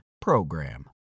PROGRAM